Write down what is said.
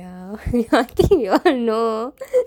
ya I think we all know